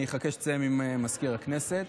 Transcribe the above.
אני אחכה שתסיים עם מזכיר הכנסת.